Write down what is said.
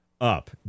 Up